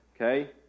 okay